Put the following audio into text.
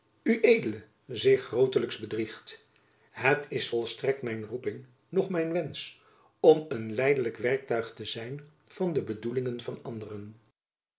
zich grootelijks bedriegt het is volstrekt mijn roeping noch mijn wensch om een lijdelijk werktuig te zijn van de bedoelingen van anderen